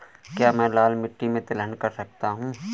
क्या मैं लाल मिट्टी में तिलहन कर सकता हूँ?